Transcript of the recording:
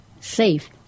safe